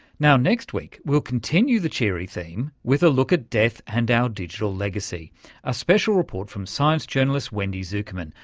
now next week we'll continue the cheery theme with a look at death and our digital legacy a special report from science journalist wendy zukerman.